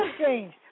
strange